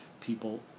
people